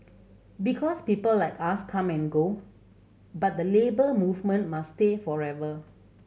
because people like us come and go but the Labour Movement must stay forever